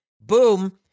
Boom